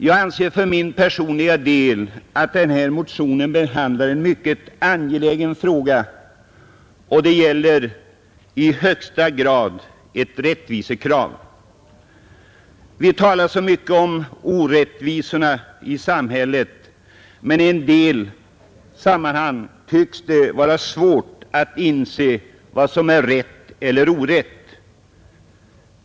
Jag anser för min personliga del att den här motionen behandlar en mycket angelägen fråga, och det gäller i högsta grad ett rättvisekrav. Vi talar så mycket om orättvisorna i samhället, men i en del sammanhang tycks det vara svårt att inse vad som är rätt eller orätt.